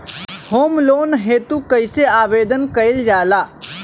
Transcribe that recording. Home loan हेतु कइसे आवेदन कइल जाला?